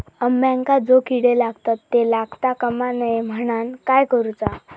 अंब्यांका जो किडे लागतत ते लागता कमा नये म्हनाण काय करूचा?